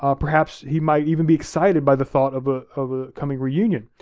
ah perhaps he might even be excited by the thought of ah of a coming reunion.